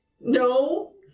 No